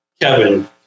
Kevin